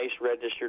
registered